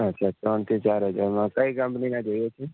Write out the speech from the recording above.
હા સાહેબ ત્રણ થી ચાર હજારમાં કઈ કંપનીના જોઈએ છે